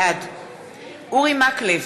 בעד אורי מקלב,